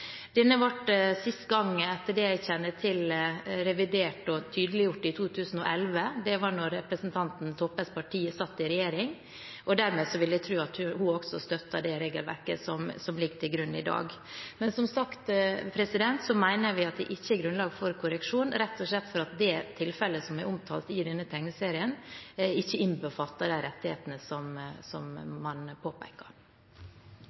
sist gang – etter det jeg kjenner til – revidert og tydeliggjort i 2011. Det var da representanten Toppes parti satt i regjering, og dermed vil jeg tro at hun også støtter det regelverket som ligger til grunn i dag. Men som sagt mener vi at det ikke er grunnlag for korreksjon, rett og slett fordi det tilfellet som er omtalt i denne tegneserien, ikke innbefatter de rettighetene som